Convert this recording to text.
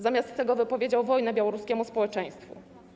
Zamiast tego wypowiedział wojnę białoruskiemu społeczeństwu.